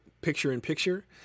picture-in-picture